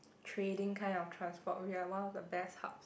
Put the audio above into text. trading kind of transport we're one of the best hubs